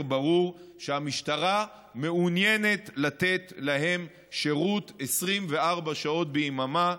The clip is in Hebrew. ברור שהמשטרה מעוניינת לתת להם שירות 24 שעות ביממה,